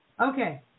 Okay